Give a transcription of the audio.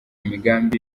imigambi